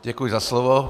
Děkuji za slovo.